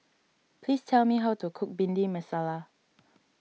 please tell me how to cook Bhindi Masala